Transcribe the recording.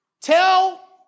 tell